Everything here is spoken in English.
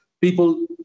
people